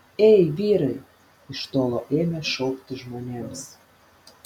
ei vyrai iš tolo ėmė šaukti žmonėms